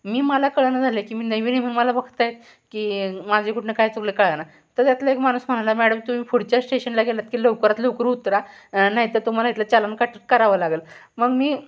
मी मला कळेना झालं की मी नवीन आहे म्हणून मला बघत आहेत की माझे कुठं काय चुकलं कळेना तर त्यातला एक माणूस म्हणाला मॅडम तुम्ही पुढच्या स्टेशनला गेलात की लवकरात लवकर उतरा नाही तर तुम्हाला इथलं चलान काट करावं लागेल मग मी